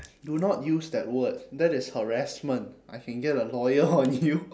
do not use that word that is harassment I can get a lawyer on you